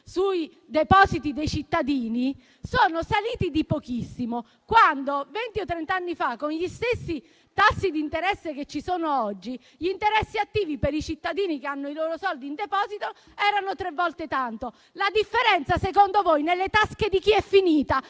sui depositi dei cittadini, sono saliti di pochissimo, quando, venti o trent'anni fa, con gli stessi tassi di interesse di oggi, gli interessi attivi per i cittadini che hanno i loro soldi in deposito erano tre volte tanto. La differenza - secondo voi - nelle tasche di chi è finita?